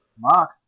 Mark